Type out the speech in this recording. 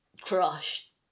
crushed